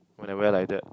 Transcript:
when I wear like that